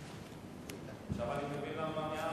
הצעות לסדר-היום שמספרן 2404,